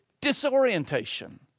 disorientation